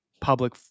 public